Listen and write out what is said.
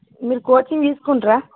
మీరు కోచింగ్ తీసుకుంటారా